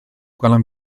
gwelwn